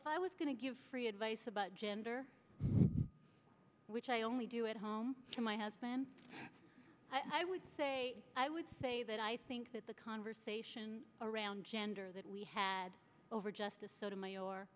if i was going to give free advice about gender which i only do at home to my husband i would say i would say that i think that the conversation around gender that we had over justice soto